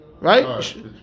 Right